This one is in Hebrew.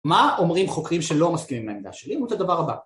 מה אומרים חוקרים שלא מסכימים לעמדה שלי את הדבר הבא